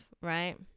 right